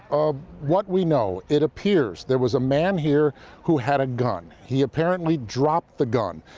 what we know, it appears there was a man here who had a gun. he apparently dropped the gun.